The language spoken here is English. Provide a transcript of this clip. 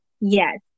yes